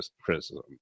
criticism